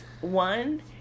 one